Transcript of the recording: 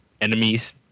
enemies